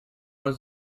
was